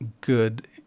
good